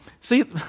See